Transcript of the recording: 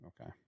Okay